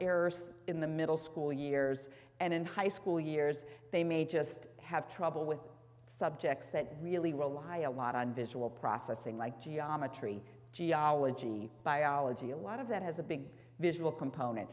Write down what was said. errors in the middle school years and in high school years they may just have trouble with subjects that really rely a lot on visual processing like geometry geology biology a lot of that has a big visual component